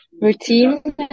routine